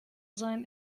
sein